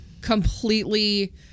completely